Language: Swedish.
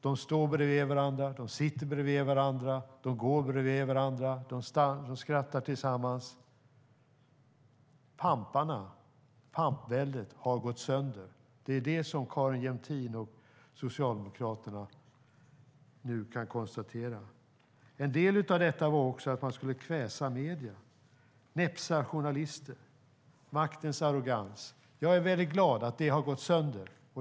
De står bredvid varandra, de sitter bredvid varandra, de går bredvid varandra och de skrattar tillsammans. Pampväldet har gått sönder. Det är det som Carin Jämtin och Socialdemokraterna nu kan konstatera. En del i detta var att man skulle kväsa medierna och näpsa journalister. Maktens arrogans - jag är väldigt glad att den har gått sönder.